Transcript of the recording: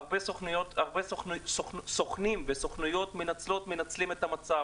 הרבה סוכנים וסוכנויות מנצלים את המצב.